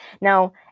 Now